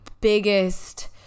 biggest